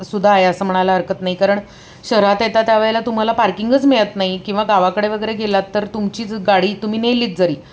सुद्धा आहे असं म्हणायला हरकत नाही कारण शहरात येता त्यावेळेला तुम्हाला पार्किंगच मिळत नाही किंवा गावाकडे वगैरे गेलात तर तुमचीच गाडी तुम्ही नेलीच जरी